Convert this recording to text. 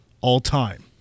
all-time